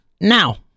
now